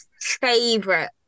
favorite